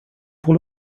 pour